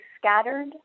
scattered